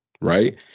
right